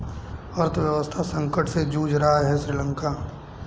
अर्थव्यवस्था संकट से जूझ रहा हैं श्रीलंका